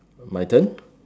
my turn